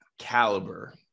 caliber